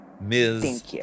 Ms